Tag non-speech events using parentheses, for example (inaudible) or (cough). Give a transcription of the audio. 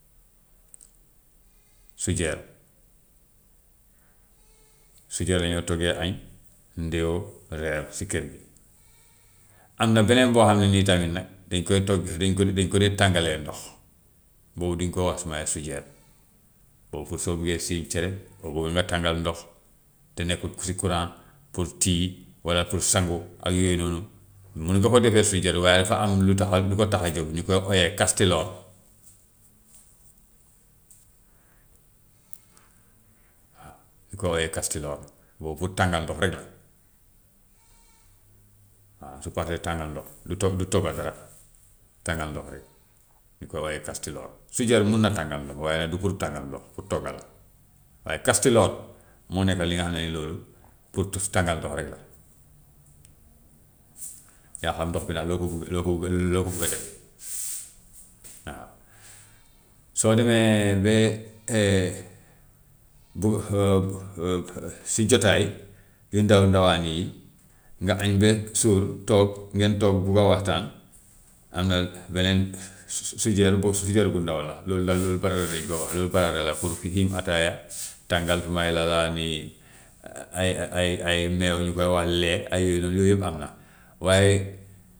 (noise) sujeer (noise) sujeer lañoo toggee añ, ndewó, reer si kër gi. (noise) Am na beneen boo xam ne nii tamit nag dañ koy togg dañ ko di dañ ko dee tàngalee ndox, boobu du ñu ko wax sumay sujeer, (noise) boobu soo buggee siim cere, boobu mun na tàngal ndox, te nekkut si courant, pour tea, walla pour sangu ak yooyu noonu, mun nga ko defee sujeet waaye dafa am lu tax a lu ko tax a jóg ñu koy ooyee kastiloor. Waaw, ñu koy ooyee kastiloor boobu pour tàngal ndox rek la (noise) waaw su paasee tàngal ndox du to- du togga dara, tàngal ndox rek, ñu koy ooyee kastiloor, sujeet mun na tàngal ndox waaye nag du pour tàngal ndox, pour togga la. Waaye kastiloor moo nekk li nga xam ne ne loolu pour tus tàngal ndox rek la, (noise) yaa xam ndox bi nag loo ko buggu loo ko loo ko bugg a defee (noise) waaw. Soo demee ba (hesitation) bu (hesitation) si jotaay yu ndaw ndawaan yii, nga añ ba suur, toog, ngeen toog bugga waxtaan am na beneen sujeet boobu sujeet bu ndaw la loolu nag (noise) loolu barada lañ (noise) koo wax (noise) loolu barada la pour ku (noise) xiim ataaya, tàngal (unintelligible) ay ay ay meew ñu koy wax lait ay yooyu noonu yooyu yëpp am na waaye.